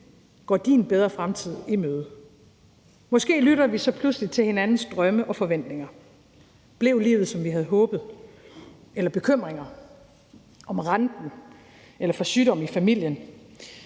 Går de en bedre fremtid i møde? Måske lytter vi så pludselig til hinandens drømme og forventninger – blev livet, som vi havde håbet? – eller bekymringer om renten eller for sygdom i familien.